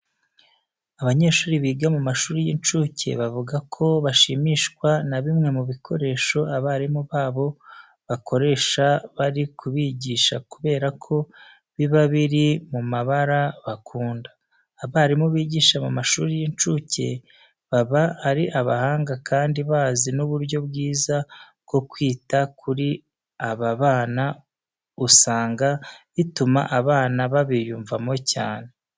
Abanyeshuri biga mu mashuri y'incuke bavuga ko bashimishwa na bimwe mu bikoresho abarimu babo bakoresha bari kubigisha kubera ko biba biri mu mabara bakunda. Abarimu bigisha mu mashuri y'incuke baba ari abahanga kandi bazi n'uburyo bwiza bwo kwita kuri aba bana usanga bituma abana babiyumvamo cyane.